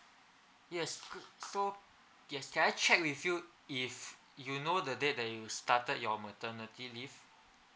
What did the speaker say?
yes so yes can I check with you if you know the day that you started your maternity leave